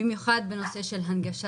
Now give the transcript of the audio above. במיוחד בנושא של הנגשה